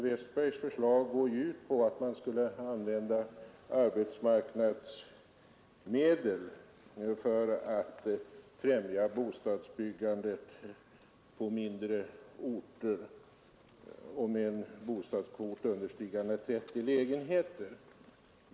Herr Westbergs förslag går ju ut på att man skulle använda arbetsmarknadsmedel för att främja bostadsbyggandet på mindre orter med en bostadskvot understigande 30 lägenheter.